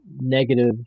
negative